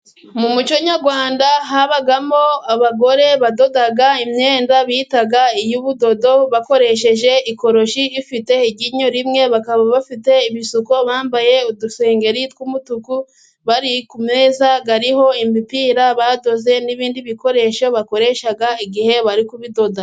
Mu muco nyarwanda habagamo abagore badoda imyenda bita iy'ubudodo, bakoresheje ikoroshi ifite iryinyo rimwe, bakaba bafite ibisuko, bambaye udusengeri tw'umutuku bari ku meza, hariho imipira badoze, n'ibindi bikoresho bakoresha igihe bari kudoda.